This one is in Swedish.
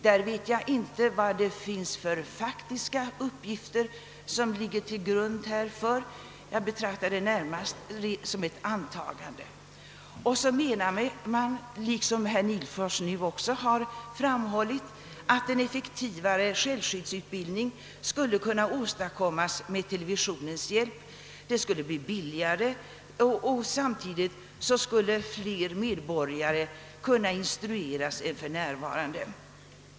Jag vet inte vad det finns för faktiska uppgifter till grund för detta påstående, och jag betraktar det närmast som ett antagande, Så menar man, såsom herr Nihlfors nu har framhållit, att en effektivare = självskyddsutbildning skulle kunna åstadkommas med televisionens hjälp — den skulle bli billigare, och samtidigt skulle fler medborgare kunna instrueras än nu.